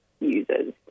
users